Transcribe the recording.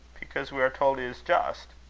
because we are told he is just.